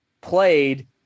played